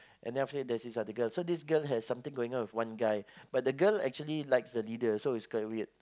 and then after that there's this article so this girl has something going on with one guy but the girl actually likes the leader so it's kinda weird